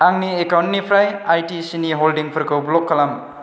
आंनि एकाउन्टनिफ्राय आईटिसिनि हल्डिंफोरखौ ब्लक खालाम